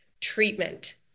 treatment